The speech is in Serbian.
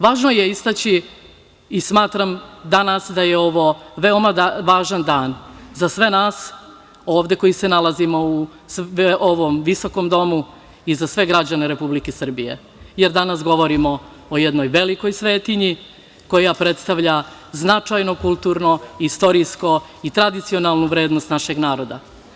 Važno je istaći i smatram danas da je ovo veoma važan dan za sve nas ovde koji se nalazimo u ovom visokom domu i za sve građane Republike Srbije, jer danas govorimo o jednoj velikoj svetinji koja predstavlja značajnu kulturnu, istorijsku i tradicionalnu vrednost našeg naroda.